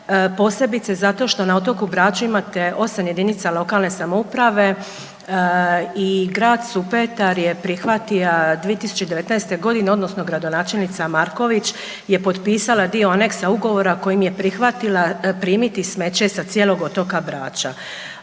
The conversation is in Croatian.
posebice zato što na otoku Braču imate osam jedinica lokalne samouprave i Grad Supetar je prihvatija 2019.g. odnosno gradonačelnica Markovića je potpisala dio aneksa ugovora kojim je prihvatila primiti smeće sa cijelog otoka Brača.